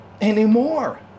anymore